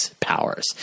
powers